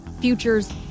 Futures